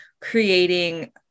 creating